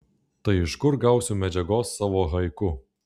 tai iš kur gausiu medžiagos savo haiku